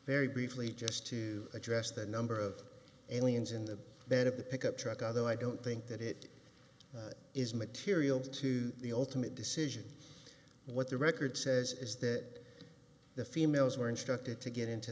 very briefly just to address the number of aliens in the bed of the pickup truck other i don't think that it is material to the ultimate decision what the record says is that the females were instructed to get into